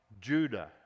Judah